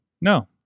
No